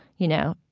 you know,